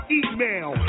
email